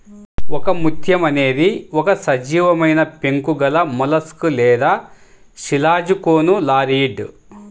ఒకముత్యం అనేది ఒక సజీవమైనపెంకు గలమొలస్క్ లేదా శిలాజకోనులారియిడ్